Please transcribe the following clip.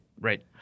Right